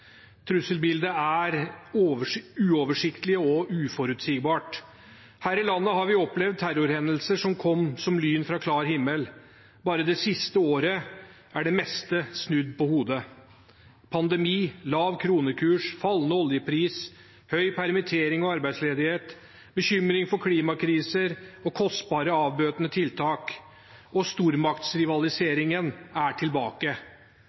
Trusselbildet er uoversiktlig og uforutsigbart. Her i landet har vi opplevd terrorhendelser som kom som lyn fra klar himmel. Bare det siste året er det meste snudd på hodet: pandemi, lav kronekurs, fallende oljepris, høy permittering og arbeidsledighet, bekymring for klimakrise og kostbare avbøtende tiltak. Stormaktsrivaliseringen er tilbake.